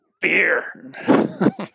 beer